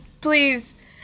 please